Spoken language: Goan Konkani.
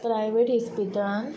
प्रायवेट हाॅस्पिटलांत